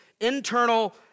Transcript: internal